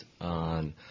on